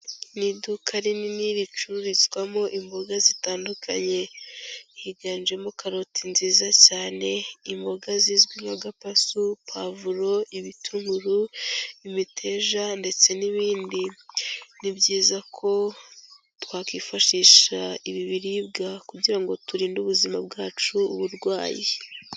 Ni iduka rinini ricururizwamo imboga zitandukanye. Higanjemo karoti nziza cyane, imboga zizwi nka gapasu, pavuro, ibitunguru, imiteja ndetse n'ibindi. Ni byiza ko twakwifashisha ibi biribwa kugira ngo turinde ubuzima bwacu uburwayi.